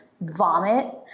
vomit